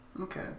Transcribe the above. Okay